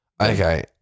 Okay